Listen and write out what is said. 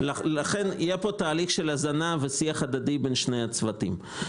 יהיה פה תהליך של שיח הדדי בין שני הצוותים.